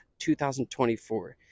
2024